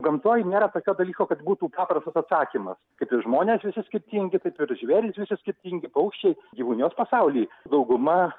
gamtoj nėra tokio dalyko kad būtų paprastas atsakymas kaip ir žmonės visi skirtingi taip ir žvėrys visi skirtingi paukščiai gyvūnijos pasauly dauguma